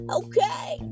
okay